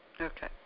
Okay